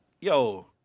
Yo